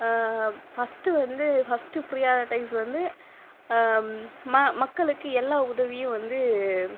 first வந்து first priorities வந்து ம மக்களுக்கு எல்லா உதவியும் வந்து